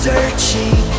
Searching